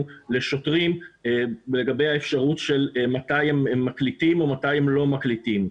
לשוטרים לגבי האפשרות של מתי הם מקליטים או מתי הם לא מקליטים.